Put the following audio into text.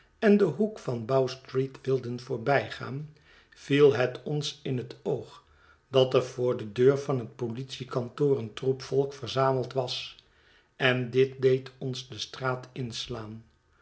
en den hoek van bow-street wilden voorbijgaan viel hetons in het oog dat er voor de deur van het politiekantoor een troep volk verzameld was en dit deed ons de straat inslaan